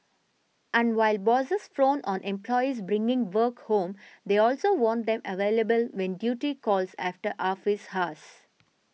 and while bosses frown on employees bringing work home they also want them available when duty calls after office hours